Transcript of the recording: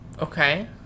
Okay